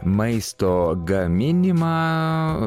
maisto gaminimą